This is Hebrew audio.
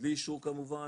בלי אישור כמובן,